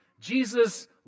Jesus